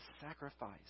sacrifice